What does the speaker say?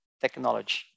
technology